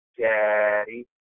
daddy